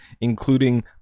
including